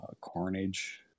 Carnage